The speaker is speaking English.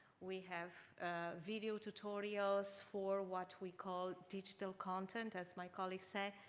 we have video tutorials for what we call digital content as my colleague said.